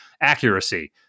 Accuracy